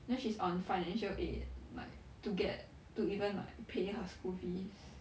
then she's on financial aid like to get to even like pay her school fees